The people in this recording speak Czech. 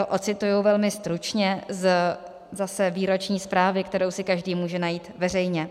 Odcituji velmi stručně zase z výroční zprávy, kterou si každý může najít veřejně.